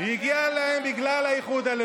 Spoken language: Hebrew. איפה אילת?